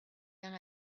done